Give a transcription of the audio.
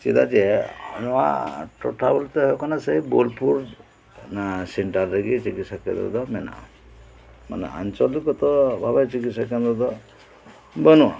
ᱪᱮᱫᱟᱜ ᱡᱮ ᱱᱚᱣᱟ ᱴᱚᱴᱷᱟ ᱵᱚᱞᱛᱮ ᱦᱩᱭᱩᱜ ᱠᱟᱱᱟ ᱥᱮᱭ ᱵᱳᱞᱯᱩᱨ ᱚᱱᱟ ᱥᱮᱱᱴᱟᱨ ᱨᱮᱜᱮ ᱪᱤᱠᱤᱥᱟ ᱠᱮᱱᱫᱨᱚ ᱫᱚ ᱢᱮᱱᱟᱜᱼᱟ ᱢᱟᱱᱮ ᱟᱪᱚᱞᱤᱠ ᱠᱚᱛᱚ ᱵᱷᱟᱵᱮ ᱪᱤᱠᱤᱥᱟ ᱠᱮᱱᱫᱨᱚ ᱫᱚ ᱵᱟᱹᱱᱩᱜᱼᱟ